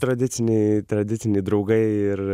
tradiciniai tradiciniai draugai ir